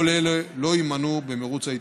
כל אלה לא יימנו במרוץ ההתיישנות.